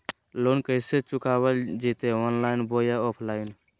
Loan कैसे चुकाबल जयते ऑनलाइन बोया ऑफलाइन?